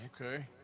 Okay